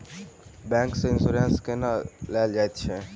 bank सँ insurance केना लेल जाइत अछि